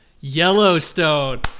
Yellowstone